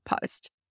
post